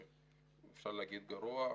אפשר להגיד, גרוע.